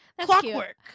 clockwork